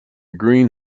green